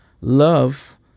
Love